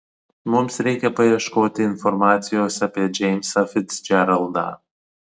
mums reikia paieškoti informacijos apie džeimsą ficdžeraldą